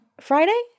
friday